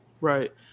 right